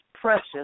precious